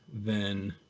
then